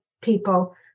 people